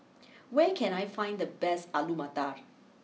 where can I find the best Alu Matar